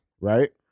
right